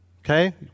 Okay